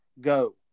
Go